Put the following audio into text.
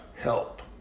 help